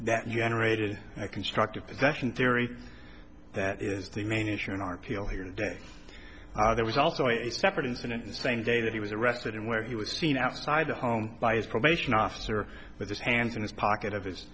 aerated a constructive possession theory that is the main issue in our people here today there was also a separate incident the same day that he was arrested and where he was seen outside the home by his probation officer with his hands in his pocket of his